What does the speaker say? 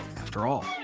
after all,